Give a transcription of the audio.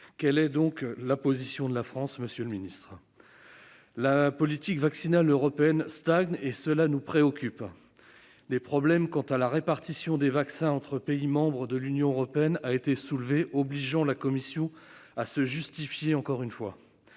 Quelle est la position de la France, monsieur le secrétaire d'État ? La politique vaccinale européenne stagne, et cela nous préoccupe. Des problèmes de répartition des vaccins entre pays membres de l'Union européenne ont été soulevés, obligeant la Commission à se justifier, encore une fois.